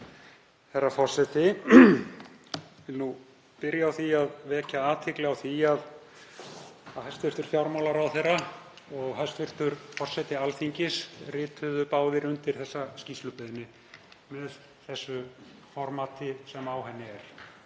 Herra forseti. Ég vil byrja á því að vekja athygli á því að hæstv. fjármálaráðherra og hæstv. forseti Alþingis rituðu báðir undir þessa skýrslubeiðni með því formati sem á henni er.